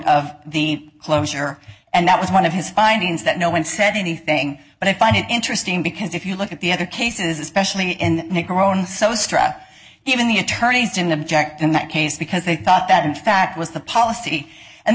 of the closure and that was one of his findings that no one said anything but i find it interesting because if you look at the other cases especially in even the attorneys didn't object in that case because they thought that in fact was the policy and